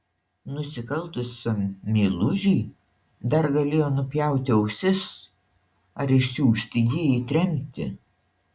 nusikaltusiam meilužiui dar galėjo nupjauti ausis ar išsiųsti jį į tremtį